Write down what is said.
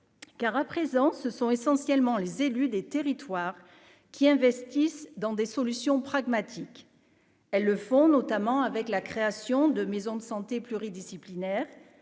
car à présent ce sont essentiellement les élus des territoires qui investissent dans des solutions pragmatiques, elles le font, notamment avec la création de maisons de santé pluridisciplinaires